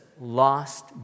lost